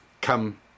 come